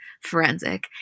forensic